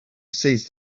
seized